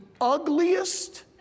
ugliest